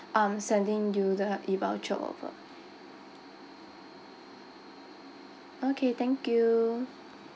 um sending you the e-voucher over okay thank you